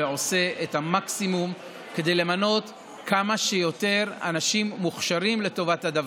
ועושה את המקסימום כדי למנות כמה שיותר אנשים מוכשרים לטובת הדבר.